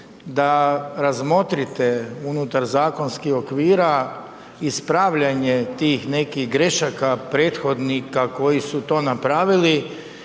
da razmotrite unutar zakonskih okvira ispravljanje tih nekih grešaka prethodnika koji su to napravili